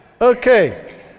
Okay